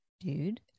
dude